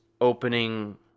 opening